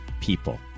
people